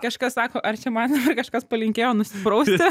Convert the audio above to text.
kažkas sako ar čia man dabar kažkas palinkėjo nusiprausti